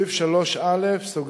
סעיף 3א(ב)